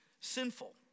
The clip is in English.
sinful